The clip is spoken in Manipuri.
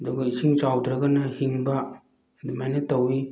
ꯑꯗꯨꯒ ꯏꯁꯤꯡ ꯆꯥꯎꯗ꯭ꯔꯒꯅ ꯍꯤꯡꯕ ꯑꯗꯨꯃꯥꯏꯅ ꯇꯧꯏ